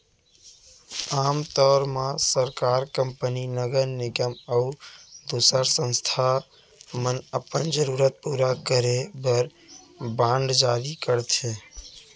आम तौर म सरकार, कंपनी, नगर निगम अउ दूसर संस्था मन अपन जरूरत पूरा करे बर बांड जारी करथे